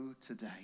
today